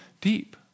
deep